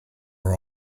are